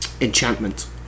enchantment